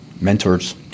mentors